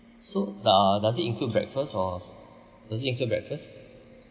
so the does it include breakfast or does it include breakfast